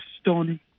stone